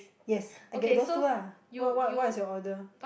yes I get those two lah what what what's your order